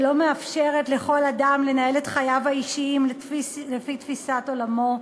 שלא מאפשרת לכל אדם לנהל את חייו האישיים לפי תפיסת עולמו,